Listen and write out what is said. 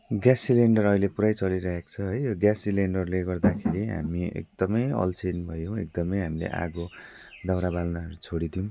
gas cylinder अहिले पुरै चलिरहेको छ है यो ग्यास सिलेन्डरले गर्दाखेरि हामी एकदमै अल्छी नि भयौँ एकदमै हामीले आगो दाउरा बाल्न छोडिदियौँ